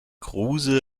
kruse